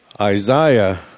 Isaiah